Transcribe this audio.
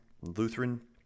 Lutheran